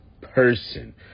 person